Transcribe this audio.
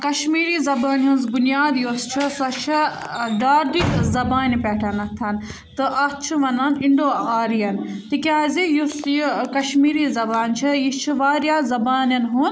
کَشمیٖری زَبانہِ ہنٛز بُنیاد یۄس چھِ سۄ چھِ ٲں ڈارڈِک زَبانہِ پٮ۪ٹھ تہٕ اَتھ چھِ وَنان اِنٛڈو آریَن تِکیٛازِ یُس یہِ کَشمیٖری زَبان چھِ یہِ چھِ واریاہ زَبانیٚن ہُنٛد